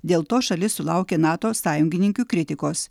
dėl to šalis sulaukė nato sąjungininkių kritikos